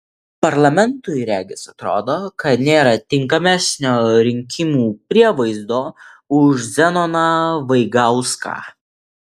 parlamentui regis atrodo kad nėra tinkamesnio rinkimų prievaizdo už zenoną vaigauską